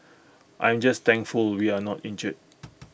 I am just thankful we are not injured